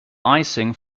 icing